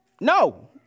No